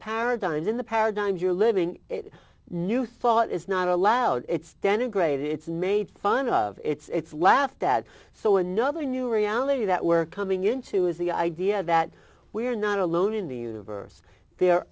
paradigm in the paradigm you're living new thought is not allowed it's denigrated it's made fun of it's laughed at so another new reality that we're coming into is the idea that we're not alone in the universe there